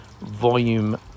volume